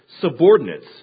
subordinates